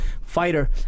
fighter